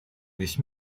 весь